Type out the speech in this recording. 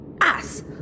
Ass